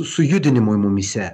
sujudinimui mumyse